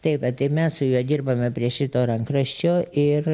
tai va tai mes su juo dirbame prie šito rankraščio ir